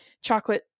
chocolate